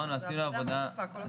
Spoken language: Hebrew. העוגה צריכה לגדול.